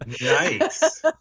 Nice